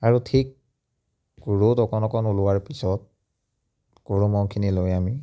আৰু ঠিক ৰ'দ অকণ অকণ ওলোৱাৰ পিছত গৰু ম'হখিনি লৈ আমি